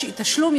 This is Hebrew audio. יש אי-תשלום,